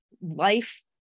life